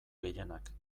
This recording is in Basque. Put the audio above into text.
gehienak